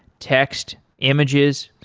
text, images,